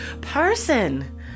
person